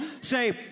say